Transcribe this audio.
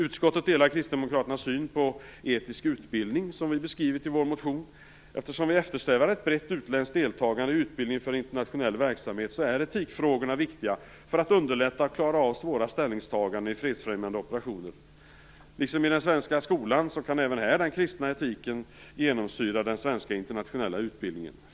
Utskottet delar Kristdemokraternas syn på etisk utbildning, som vi har beskrivit i vår motion. Eftersom vi eftersträvar ett brett utländskt deltagande i utbildning för internationell verksamhet, är etikfrågorna viktiga för att underlätta och klara av svåra ställningstaganden i fredsfrämjande operationer. Liksom i den svenska skolan kan den kristna etiken genomsyra även den svenska internationella utbildningen.